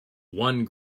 one